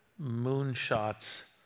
moonshots